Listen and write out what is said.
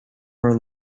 her